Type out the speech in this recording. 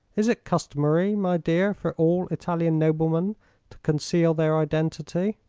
is it customary, my dear, for all italian noblemen to conceal their identity?